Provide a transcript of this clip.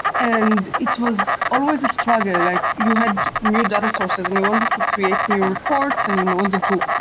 and it was always a struggle, like you had new data sources and you wanted and to create new reports and you know wanted to,